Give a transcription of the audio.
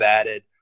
added